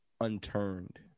unturned